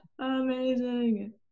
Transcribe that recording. Amazing